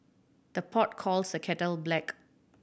the pot calls the kettle black